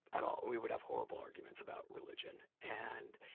at all. and we would have horrible arguments about religion. and